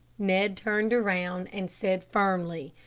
ned turned around and said firmly,